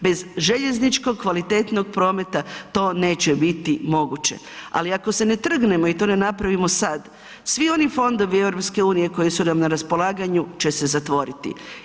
Bez željezničkog kvalitetnog prometa to neće biti moguće, ali ako se ne trgnemo i to ne napravimo sad svi oni fondovi EU koji su nam na raspolaganju će se zatvoriti.